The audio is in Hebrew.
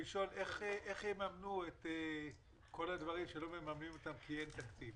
איך יממנו את כל הדברים שלא מממנים אותם כי אין תקציב?